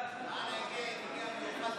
מאחר, הגיע במיוחד,